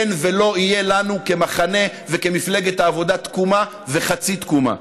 אין ולא יהיו לנו כמחנה וכמפלגת העבודה תקומה וחצי תקומה.